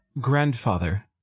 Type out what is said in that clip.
Grandfather